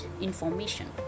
information